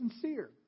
sincere